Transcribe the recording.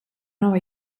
nova